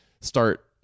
start